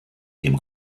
dem